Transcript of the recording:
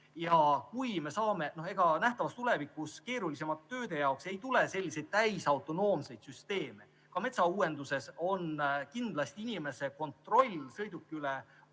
ohtlikud. Ja no ega nähtavas tulevikus keerulisemate tööde jaoks ei tule selliseid täisautonoomseid süsteeme, ka metsauuenduses jääb kindlasti inimese kontroll sõiduki üle